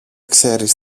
ξέρεις